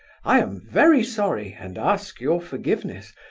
i am very sorry, and ask your forgiveness,